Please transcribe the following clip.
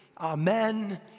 amen